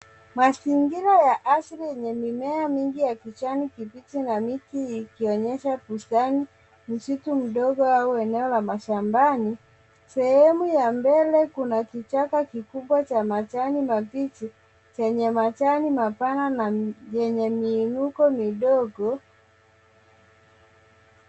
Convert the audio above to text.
Mazingira ya asili yenye mimea mingi ya kijani kibichi na miti ikionyesha bustani, msitu mdogo au eneo la mashambani, sehemu ya mbele kuna kichaka kikubwa cha majani mabichi chenye majani mapana na yenye miinuko midogo...